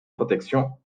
protection